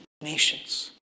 nations